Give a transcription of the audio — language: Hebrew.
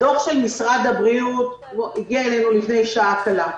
הדוח של משרד הבריאות הגיע אלינו לפני שעה קלה.